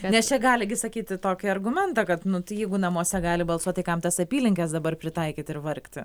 nes čia gali gi sakyti tokį argumentą kad nu tai jeigu namuose gali balsuot tai kam tas apylinkes dabar pritaikyti ir vargti